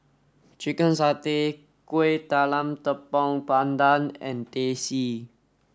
Chicken Satay Kuih Talam Tepong Pandan and Teh C